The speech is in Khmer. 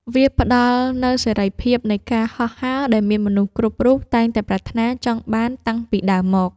វាផ្ដល់នូវសេរីភាពនៃការហោះហើរដែលមនុស្សគ្រប់រូបតែងតែប្រាថ្នាចង់បានតាំងពីដើមមក។